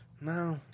No